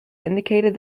indicated